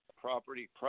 property